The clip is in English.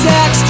Sex